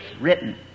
written